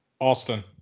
austin